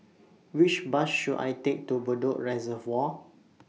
Which Bus should I Take to Bedok Reservoir